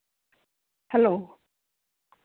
hello